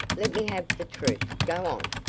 let me have the truth. go on.